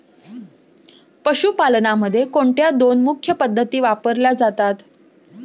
पशुपालनामध्ये कोणत्या दोन मुख्य पद्धती वापरल्या जातात?